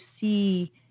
see